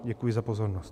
Děkuji za pozornost.